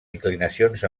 inclinacions